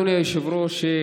אדוני היושב-ראש.